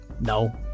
No